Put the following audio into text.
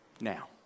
Now